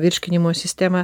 virškinimo sistema